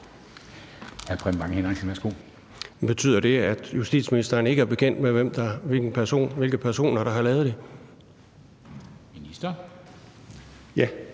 Preben Bang Henriksen (V): Betyder det, at justitsministeren ikke er bekendt med, hvilke personer der har lavet det? Kl.